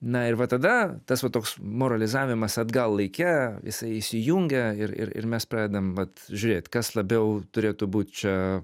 na ir va tada tas va toks moralizavimas atgal laike jisai įsijungia ir ir ir mes pradedam vat žiūrėt kas labiau turėtų būt čia